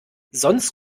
sonst